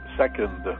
second